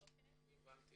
הבנתי.